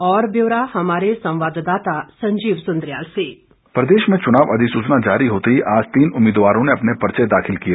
और ब्यौरा हमारे संवाददाता संजीव सुंद्रियाल से डिस्पैच प्रदेश में चुनाव अधिसूचना जारी होते ही आज तीन उम्मीदवारों ने अपने पर्च दाखिल किए